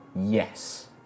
Yes